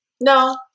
No